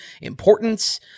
importance